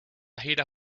gira